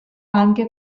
anche